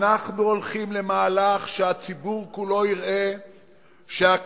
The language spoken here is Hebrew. אנחנו הולכים למהלך שהציבור כולו יראה שהכנסת,